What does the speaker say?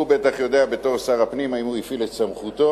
הוא בטח יודע בתור שר הפנים אם הוא הפעיל את סמכותו.